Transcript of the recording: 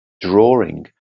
drawing